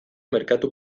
merkatu